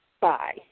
Bye